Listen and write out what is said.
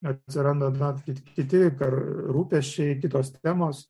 atsiranda na kiti rūpesčiai kitos temos